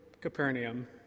Capernaum